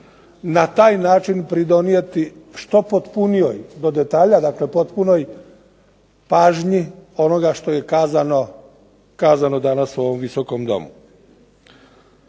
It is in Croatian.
na taj način pridonijeti što potpunijoj, do detalja dakle, potpunoj pažnji onoga što je kazano danas u ovom Viskom domu.